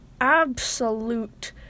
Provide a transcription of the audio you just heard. absolute